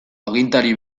agintari